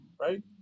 right